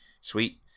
sweet